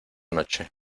noche